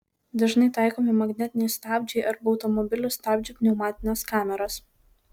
dažnai taikomi magnetiniai stabdžiai arba automobilių stabdžių pneumatinės kameros